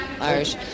Irish